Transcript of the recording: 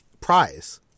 prize